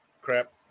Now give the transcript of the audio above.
crap